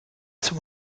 zum